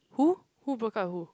who who broke up with who